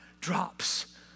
drops